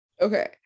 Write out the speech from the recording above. okay